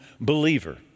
believer